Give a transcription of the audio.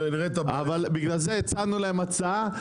בגלל זה הצענו להם הצעה.